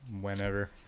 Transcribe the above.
whenever